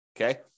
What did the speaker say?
okay